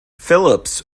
phillips